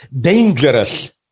dangerous